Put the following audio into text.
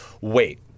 wait